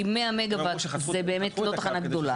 כי 100 מגה-וואט זה באמת לא תחנה גדולה.